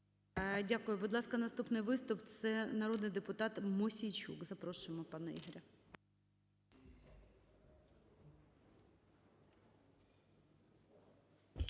Дякую. Будь ласка, наступний виступ, це народний депутат Мосійчук. Запрошуємо, пане Ігоре.